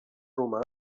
romà